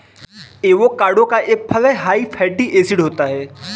avocado एक फल हैं हाई फैटी एसिड होता है